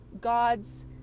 God's